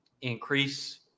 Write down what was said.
increase